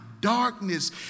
darkness